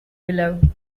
below